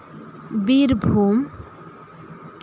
Birbhum